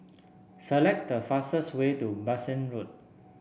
select the fastest way to Bassein Road